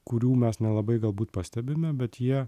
kurių mes nelabai galbūt pastebime bet jie